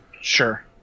Sure